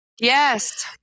Yes